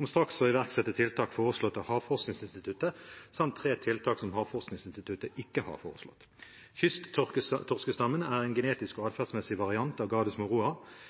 om straks å iverksette tiltak foreslått av Havforskningsinstituttet, samt tre tiltak som Havforskningsinstituttet ikke har foreslått. Kysttorskstammen er en genetisk og atferdsmessig variant av